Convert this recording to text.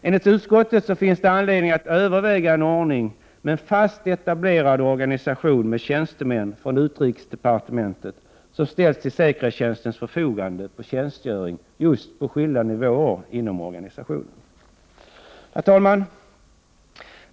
Enligt utskottet finns det anledning att överväga en ordning med en fast etablerad organisation med tjänstemän från utrikesdepartementet, som ställs till säkerhetstjänstens förfogande för tjänstgöring på skilda nivåer inom organisationen. Herr talman!